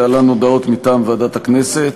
להלן הודעות מטעם ועדת הכנסת.